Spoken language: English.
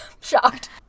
shocked